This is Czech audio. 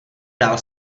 dál